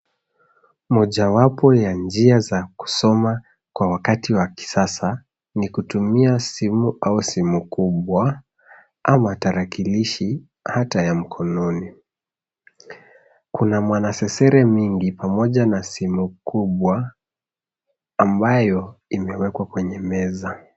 Mojawapo ya njia za kusoma kwa wakati wa kisasa ni kutumia simu au simu kubwa ama tarakilishi hata ya mkononi. Kuna mwanasesere mingi pamoja na simu kubwa ambayo imewekwa kwenye meza.